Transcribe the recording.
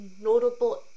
notable